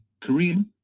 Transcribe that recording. Korean